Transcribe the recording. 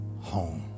home